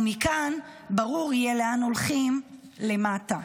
ומכאן ברור יהיה לאן הולכים, למטה.